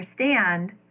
understand